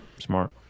smart